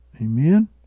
amen